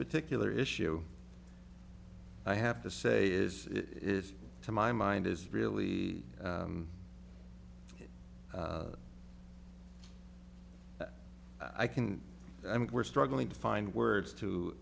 particular issue i have to say is it to my mind is really i can i mean we're struggling to find words to